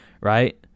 right